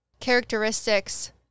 characteristics